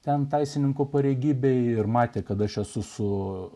ten teisininkų pareigybei ir matė kad aš esu su